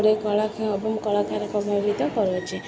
କଳା ଏବଂ କଳାକାର ପ୍ରଭାବିତ କରୁଛି